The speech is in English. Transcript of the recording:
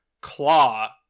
claw